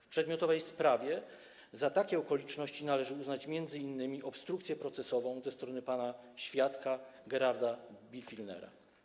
W przedmiotowej sprawie za takie okoliczności należy uznać m.in. obstrukcję procesową ze strony pana świadka Geralda Birgfellnera.